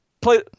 Play